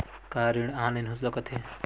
का ऋण ऑनलाइन हो सकत हे?